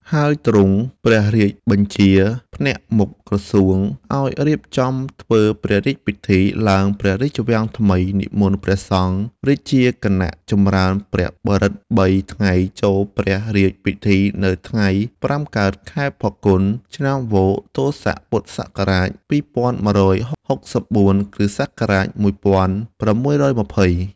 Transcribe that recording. ហើយទ្រង់ព្រះរាជបញ្ជាភ្នាក់មុខក្រសួង ឲ្យរៀបចំធ្វើព្រះរាជពិធីឡើងព្រះរាជវាំងថ្មី និមន្តព្រះសង្ឃរាជាគណៈចម្រើនព្រះបរិត្ត ៣ ថ្ងៃចូលព្រះរាជពិធីនៅថ្ងៃ ៥ កើត ខែផល្គុន ឆ្នាំវកទោស័ក ពុទ្ធសករាជ ២១៦៤ គ្រិស្តសករាជ ១៦២០